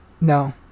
No